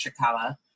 Chakala